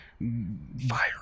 Virus